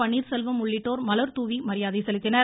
பன்னீர்செல்வம் உள்ளிட்டோர் மலர் தூவி மரியாதை செலுத்தினர்